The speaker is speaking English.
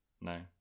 no